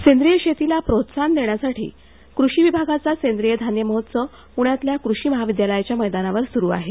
सेंद्रिय शेतीला प्रोत्साहन देण्यासाठी कृषि विभागाचा सेंद्रीय धान्य महोत्सव पुण्यातल्या कृषी महाविद्यालयाच्या मैदानावर सुरू आहे